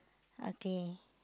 okay